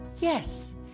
Yes